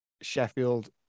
Sheffield